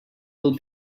will